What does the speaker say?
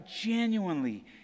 genuinely